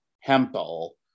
Hempel